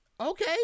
Okay